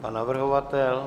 Pan navrhovatel?